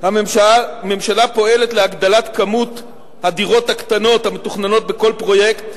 הממשלה פועלת להגדלת מספר הדירות הקטנות המתוכננות בכל פרויקט.